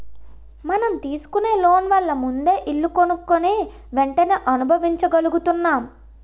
మనం తీసుకునే లోన్ వల్ల ముందే ఇల్లు కొనుక్కుని వెంటనే అనుభవించగలుగుతున్నాం